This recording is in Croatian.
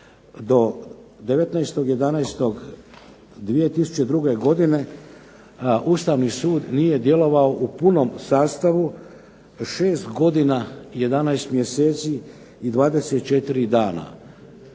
do 19.11.2002. godine Ustavni sud nije djelovao u punom sastavu, 6 godina i 11 mjeseci i 24 dana.